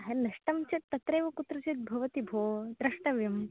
नष्टं चेत् तत्रैव कुत्रचित् भवति भो द्रष्टव्यम्